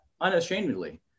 unashamedly